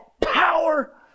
power